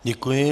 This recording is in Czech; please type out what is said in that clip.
Děkuji.